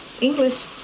English